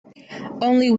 only